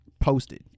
posted